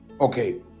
okay